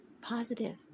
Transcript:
positive